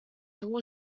того